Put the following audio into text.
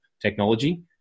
technology